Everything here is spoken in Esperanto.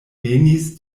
venis